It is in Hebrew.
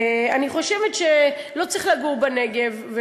אני חושבת שלא צריך לגור בנגב,